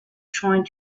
trying